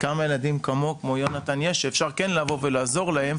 כמה ילדים כמו יונתן יש שאפשר כן לבוא ולעזור להם,